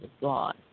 God